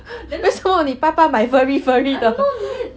为什么你爸爸买 furry furry 的